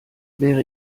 wäre